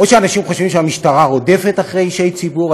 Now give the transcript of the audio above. או שאנשים חושבים שהמשטרה רודפת אחרי אישי ציבור,